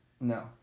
No